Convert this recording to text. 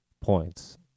points